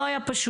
לא היה פשוט.